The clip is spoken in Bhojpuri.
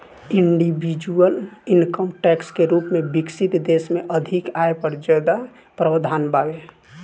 इंडिविजुअल इनकम टैक्स के रूप में विकसित देश में अधिक आय पर ज्यादा प्रावधान बावे